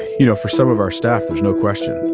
you know, for some of our staff, there's no question.